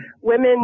women